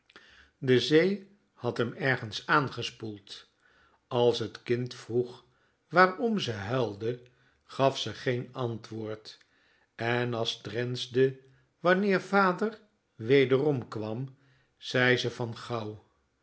de zee had m ergens angespoeld as t kind vroeg wààrom ze huilde gaf ze geen antwoord en as t drensde wanneer vader werom kwam zei ze van gauw